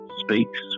speaks